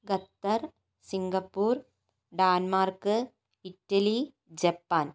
Qatar Singapore Denmark Italy Japan